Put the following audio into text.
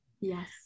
Yes